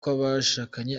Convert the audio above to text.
kw’abashakanye